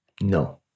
No